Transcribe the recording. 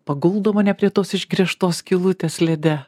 paguldo mane prie tos išgręžtos skylutės lede